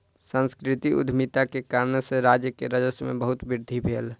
सांस्कृतिक उद्यमिता के कारणेँ सॅ राज्य के राजस्व में बहुत वृद्धि भेल